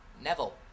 Neville